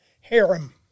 harem